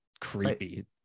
creepy